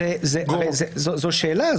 זו שאלה.